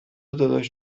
داداش